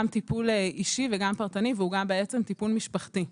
טיפול אישי וגם פרטני והוא גם טיפול משפחתי.